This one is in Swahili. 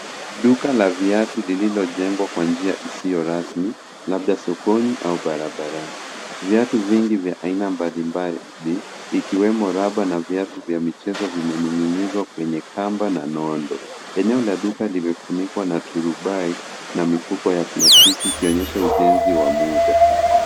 Duka la viatu limejengwa kwa njia isiyo rasmi, labda sokoni au kando ya barabara. Ndani yake kuna viatu vingi vya aina mbalimbali, vikiwemo vya raba na vile vya mitindo vilivyoning’inizwa kwenye kamba na nondo. Eneo la duka limezungukwa na turubai na mifuko ya plastiki inayoonyesha ujenzi wa muda